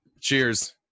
cheers